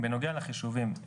בנוגע לחישובים,